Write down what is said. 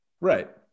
Right